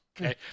Okay